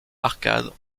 arcade